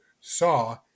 saw